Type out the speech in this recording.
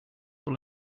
were